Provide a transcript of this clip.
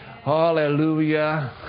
Hallelujah